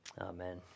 Amen